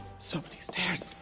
so many stairs.